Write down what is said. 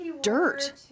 dirt